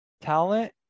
talent